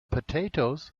potatoes